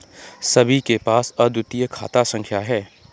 सभी के पास अद्वितीय खाता संख्या हैं